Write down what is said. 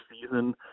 season